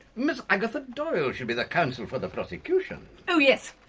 ms agatha doyle should be the counsel for the prosecution? oh yes,